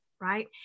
right